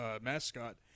mascot